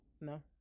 no